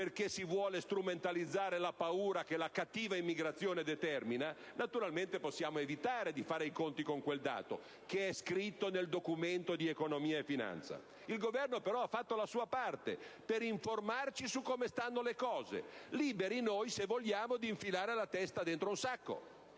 perché si vuole strumentalizzare la paura che la cattiva immigrazione determina, naturalmente possiamo evitare di fare i conti con quel dato, scritto nel Documento di economia e finanza. Il Governo, però, ha fatto la sua parte per informarci su come stanno le cose, liberi noi - se vogliamo - di infilare la testa dentro un sacco.